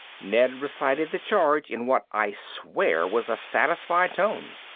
ned recited the charge in what i swear was a satisfied tone.